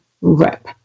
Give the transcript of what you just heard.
rep